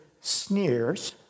sneers